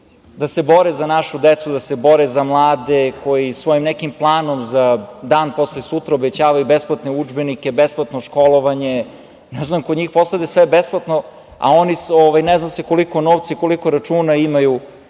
da se bore za našu decu, da se bore za mlade koji svojim nekim planom za dan posle sutra obećavaju besplatne udžbenike, besplatno školovanje. Ne znam, kod njih postade sve besplatno, a njima se ne zna koliko novca i koliko računa imaju